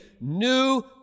new